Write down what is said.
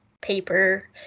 paper